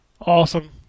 Awesome